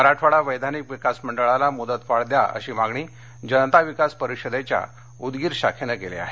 मराठवाडा वैधानिक विकास मंडळाला मुदतवाढ द्या अशी मागणी जनता विकास परिषदेच्या उदगीर शाखेने केली आहे